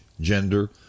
gender